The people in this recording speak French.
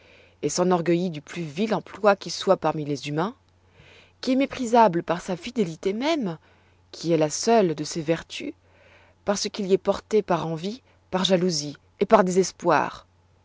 et s'enorgueillit du plus vil emploi qui soit parmi les humains qui est méprisable par sa fidélité même qui est la seule de ses vertus parce qu'il y est porté par envie par jalousie et par